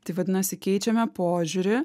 tai vadinasi keičiame požiūrį